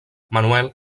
manuel